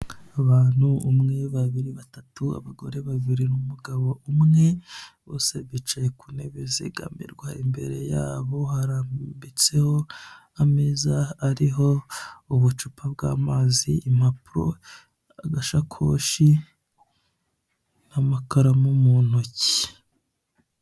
Abantu umwe, babiri, batatu abagore babiri n'umugabo umwe, bose bicaye kuntebe zegamirwa imbere yabo harambitseho imeza ariho ubucupa bw'amazi, impapuro, agashakoshi n'amakaramu mu intoki.